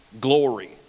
glory